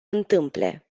întâmple